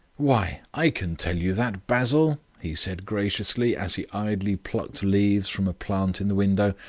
why, i can tell you that, basil, he said graciously as he idly plucked leaves from a plant in the window.